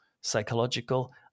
psychological